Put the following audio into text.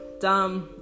dumb